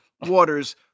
waters